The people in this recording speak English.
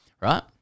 right